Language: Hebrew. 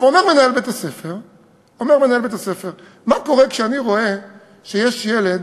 אומר מנהל בית-הספר: מה קורה כשאני רואה שיש ילד,